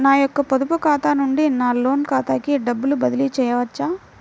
నా యొక్క పొదుపు ఖాతా నుండి నా లోన్ ఖాతాకి డబ్బులు బదిలీ చేయవచ్చా?